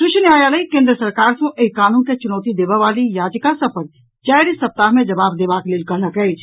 शीर्ष न्यायालय केन्द्र सरकार सॅ एहि कानून के चुनौती देबऽ वाली याचिका सभ पर चारि सप्ताह मे जवाब देबाक लेल कहलक अछि